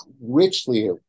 richly